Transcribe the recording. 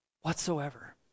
whatsoever